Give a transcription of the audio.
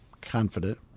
confident